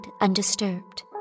undisturbed